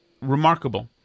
remarkable